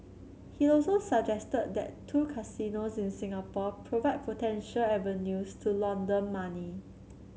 he also suggested that two casinos in Singapore provide potential avenues to launder money